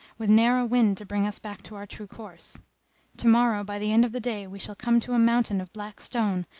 with ne'er a wind to bring us back to our true course tomorrow by the end of the day we shall come to a mountain of black stone,